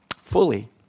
fully